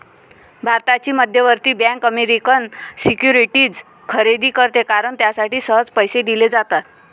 भारताची मध्यवर्ती बँक अमेरिकन सिक्युरिटीज खरेदी करते कारण त्यासाठी सहज पैसे दिले जातात